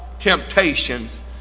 temptations